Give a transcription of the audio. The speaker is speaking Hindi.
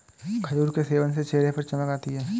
खजूर के सेवन से चेहरे पर चमक आती है